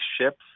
ships